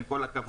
עם כל הכבוד,